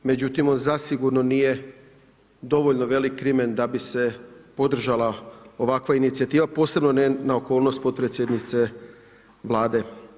Međutim, on zasigurno nije dovoljno velik krimen da bi se podržala ovakva inicijativa, posebno ne na okolnost potpredsjednice Vlade.